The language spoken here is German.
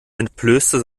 entblößte